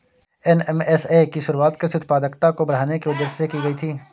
NMSA की शुरुआत कृषि उत्पादकता को बढ़ाने के उदेश्य से की गई थी